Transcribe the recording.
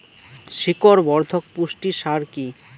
শিকড় বর্ধক পুষ্টি সার কি?